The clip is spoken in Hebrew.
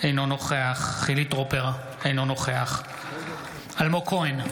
אינו נוכח חילי טרופר, אינו נוכח אלמוג כהן,